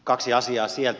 kaksi asiaa sieltä